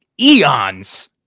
eons